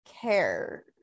care